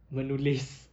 menulis